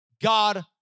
God